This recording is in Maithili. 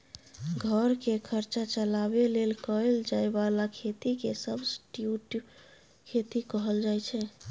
घर केर खर्चा चलाबे लेल कएल जाए बला खेती केँ सब्सटीट्युट खेती कहल जाइ छै